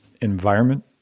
environment